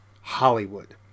Hollywood